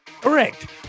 Correct